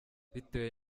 bitewe